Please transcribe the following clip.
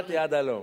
והגעתי עד הלום.